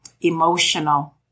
emotional